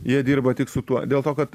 jie dirba tik su tuo dėl to kad